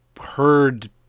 Heard